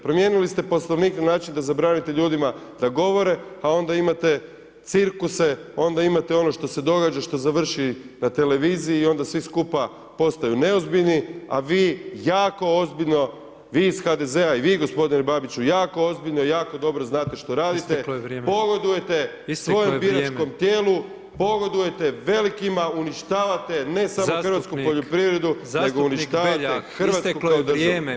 Promijenili ste poslovnik na način da zabranite ljudima da govore, a onda imate cirkuse, onda imate ono što se događa što završi na televiziji i onda svi skupa postanu neozbiljni, a vi jako ozbiljno vi iz HDZ-a i vi g. Babiću, jako ozbiljno i jako dobro znate što radite, [[Upadica Petrov: Isteklo je vrijeme.]] pogodujete svojem [[Upadica Petrov: Isteklo je vrijeme.]] biračkom tijelu, pogodujete velikima, uništavate ne samo hrvatsku poljoprivreda, nego [[Upadica Petrov: Zastupnik Beljak isteklo je vrijeme.]] uništavate Hrvatsku državu.